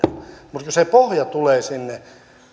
mutta se pohja tulee sinne